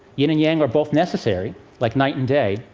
yin and yang are both necessary, like night and day,